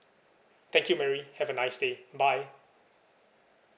thank you mary have a nice day bye